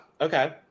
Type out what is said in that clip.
Okay